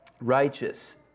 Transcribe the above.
righteous